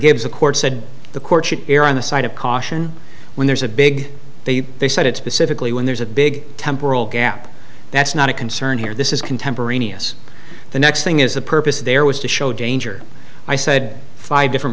gives the court said the court should err on the side of caution when there's a big they they said it specifically when there's a big temporal gap that's not a concern here this is contemporaneous the next thing is the purpose there was to show danger i said five different